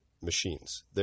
machines